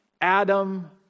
Adam